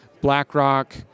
blackrock